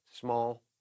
small